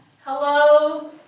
hello